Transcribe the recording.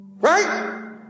right